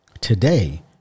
Today